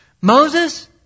Moses